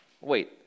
wait